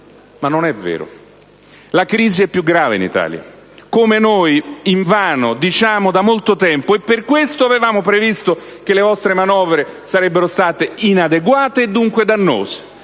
Non è vero: la crisi è più grave in Italia, come noi invano sosteniamo da molto tempo. Per questo avevamo previsto che le vostre manovre sarebbero state inadeguate e, dunque, dannose.